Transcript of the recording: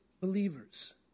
believers